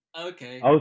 Okay